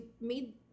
made